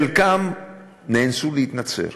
חלקם נאנסו להתנצר,